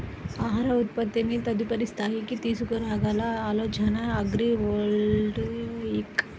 ఆహార ఉత్పత్తిని తదుపరి స్థాయికి తీసుకురాగల ఆలోచనే అగ్రివోల్టాయిక్